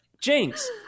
Jinx